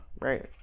right